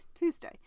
Tuesday